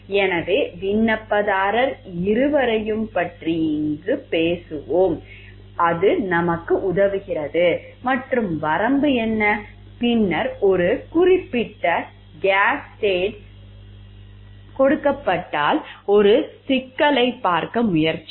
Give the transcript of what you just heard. எனவே விண்ணப்பதாரர் இருவரையும் பற்றி இங்கு பேசுவோம் அது நமக்கு உதவுகிறது மற்றும் வரம்பு என்ன பின்னர் ஒரு குறிப்பிட்ட கேஸ் ஸ்டடி கொடுக்கப்பட்டால் ஒரு சிக்கலைப் பார்க்க முயற்சிக்கும்